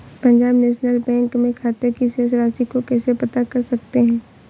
Punjab national bank में खाते की शेष राशि को कैसे पता कर सकते हैं?